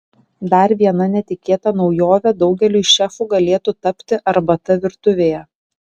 dar viena netikėta naujove daugeliui šefų galėtų tapti arbata virtuvėje